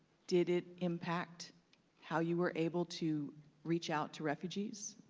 did it impact how you were able to reach out to refugees?